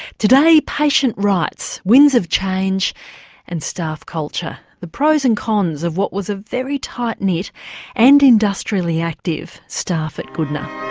today patient rights winds of change and staff culture, the pros and cons of what was a very tight knit and industrially active staff at goodna.